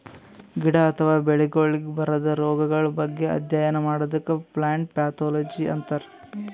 ಗಿಡ ಅಥವಾ ಬೆಳಿಗೊಳಿಗ್ ಬರದ್ ರೊಗಗಳ್ ಬಗ್ಗೆ ಅಧ್ಯಯನ್ ಮಾಡದಕ್ಕ್ ಪ್ಲಾಂಟ್ ಪ್ಯಾಥೊಲಜಿ ಅಂತರ್